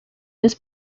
this